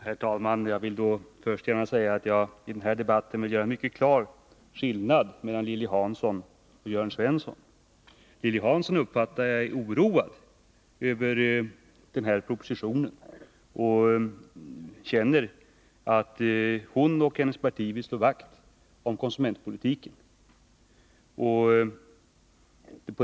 Herr talman! Jag vill först gärna säga att jag i den här debatten vill göra mycket klar skillnad mellan Lilly Hansson och Jörn Svensson. Jag uppfattar det så att Lilly Hansson är oroad över den här propositionen och känner att hon och hennes parti vill slå vakt om konsumentpolitiken.